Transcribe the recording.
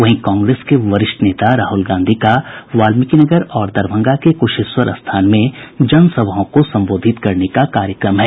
वहीं कांग्रेस के वरिष्ठ नेता राहुल गांधी का वाल्मीकिनगर और दरभंगा के कुशेश्वर स्थान में जनसभाओं को संबोधित करने का कार्यक्रम है